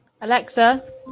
Alexa